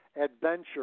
adventure